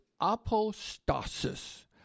apostasis